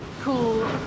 cool